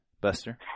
Buster